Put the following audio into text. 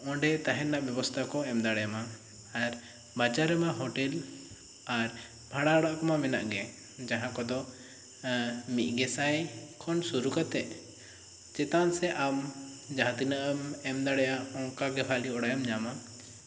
ᱚᱸᱰᱮ ᱛᱟᱦᱮᱱ ᱨᱮᱱᱟᱜ ᱵᱮᱵᱚᱥᱛᱷᱟ ᱠᱚ ᱮᱢ ᱫᱟᱲᱮᱭᱟᱢᱟ ᱟᱨ ᱵᱟᱡᱟᱨ ᱨᱮᱢᱟ ᱦᱚᱴᱮᱞ ᱟᱨ ᱵᱷᱟᱲᱟ ᱚᱲᱟᱜ ᱠᱚᱢᱟ ᱢᱮᱱᱟᱜ ᱜᱮᱭᱟ ᱡᱟᱦᱟᱸ ᱠᱚ ᱫᱚ ᱢᱤᱫ ᱜᱮᱥᱟᱭ ᱠᱷᱚᱱ ᱥᱩᱨᱩ ᱠᱟᱛᱮ ᱪᱮᱛᱟᱱ ᱥᱮᱫ ᱟᱢ ᱡᱟᱦᱟᱸ ᱛᱤᱱᱟᱹᱜ ᱮᱢ ᱮᱢ ᱫᱟᱲᱮᱭᱟᱜ ᱚᱱᱠᱟ ᱜᱮ ᱵᱷᱟᱹᱜᱤ ᱚᱲᱟᱜ ᱮᱢ ᱧᱟᱢᱟ